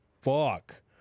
fuck